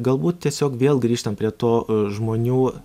galbūt tiesiog vėl grįžtam prie to žmonių